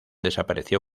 desapareció